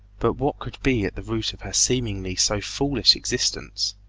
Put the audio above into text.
but what could be at the root of her seemingly so foolish existence?